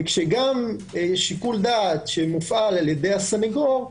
וגם כשיש שיקול דעת שמופעל על-ידי הסנגור,